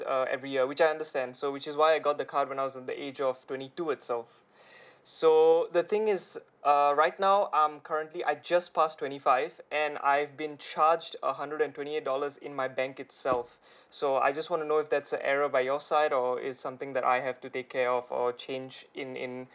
err every year which I understand so which is why I got the card when I was in the age of twenty two itself so the thing is err right now I'm currently I just passed twenty five and I've been charged a hundred and twenty eight dollars in my bank itself so I just want to know if that's a error by your side or it's something that I have to take care of or change in in